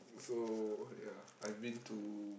so ya I've been to